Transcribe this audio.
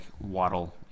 waddle